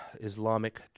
Islamic